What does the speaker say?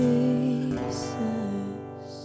Jesus